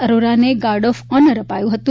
અરોરાને guard of honour અપાયું હતું